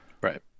Right